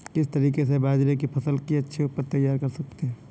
किस तरीके से बाजरे की फसल की अच्छी उपज तैयार कर सकते हैं?